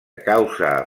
causa